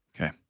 Okay